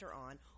on